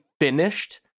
finished